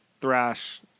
thrash